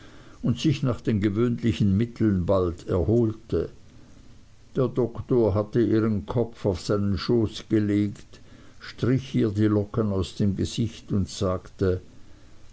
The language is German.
und sich nach den gewöhnlichen mitteln bald erholte der doktor hatte ihren kopf auf seinen schoß gelegt strich ihr die locken aus dem gesicht und sagte